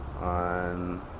on